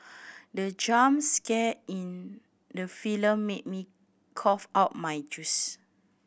the jump scare in the film made me cough out my juice